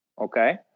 Okay